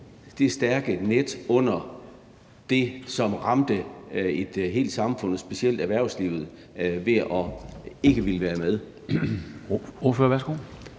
det stærke net under det, som ramte et helt samfund, specielt erhvervslivet, ved ikke at ville være med?